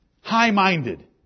high-minded